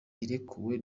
arekuwe